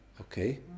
Okay